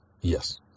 yes